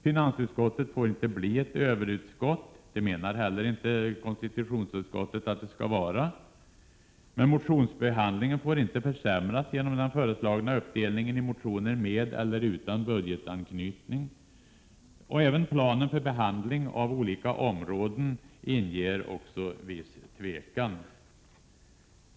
Finansutskottet får inte bli ett överutskott, vilket inte heller konstitutionsutskottet anser. Dessutom får motionsbehandlingen inte försämras genom den föreslagna uppdelningen i motioner med eller utan budgetanknytning. Även planen för behandlingen av olika områden inger viss tvekan.